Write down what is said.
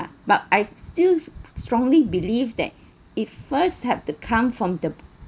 but I still strongly believe that if first have to come from the